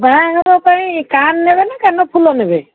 ବାହାଘର ପାଇଁ କାନ୍ ନେବେ ନା କାନଫୁଲ ନେବେ